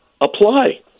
apply